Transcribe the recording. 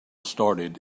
started